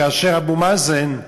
כאשר אבו מאזן,